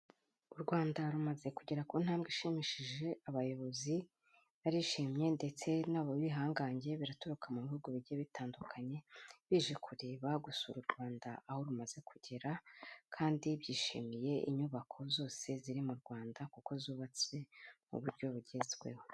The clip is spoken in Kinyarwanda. U Rwanda rumaze kugera ku ntambwe ishimishije; abayobozi barishimye ndetse n'ab'ibihangange biraturuka mu bihugu bigiye bitandukanye, bije kureba, gusura u Rwanda aho rumaze kugera. Kandi byishimiye inyubako zose ziri mu rwanda; kuko zubatswe mu buryo bugezweho.